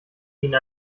ihnen